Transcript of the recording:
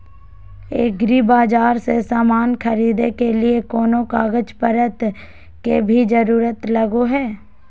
एग्रीबाजार से समान खरीदे के लिए कोनो कागज पतर के भी जरूरत लगो है?